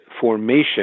formation